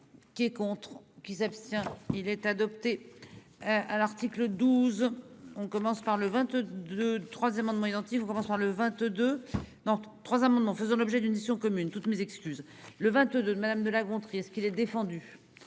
qui est contre qui s'abstient. Il est adopté. À l'article 12. On commence par le 22. 3 amendements identiques commenceront le. Dans trois amendements faisant l'objet d'une vision commune, toutes mes excuses. Le 22. Madame de La Gontrie est qu'il est défendu.